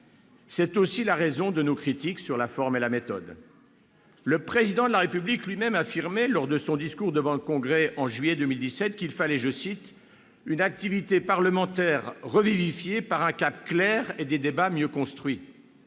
C'est aussi la raison de nos critiques portant sur la forme et sur la méthode. Le Président de la République lui-même affirmait, lors de son discours devant le Congrès, en juillet 2017, qu'il fallait « une activité parlementaire revivifiée par un cap clair [et] des débats mieux construits.